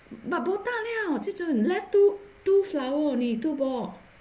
but botak liao ji zhun left two two flowers only two balls